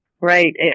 Right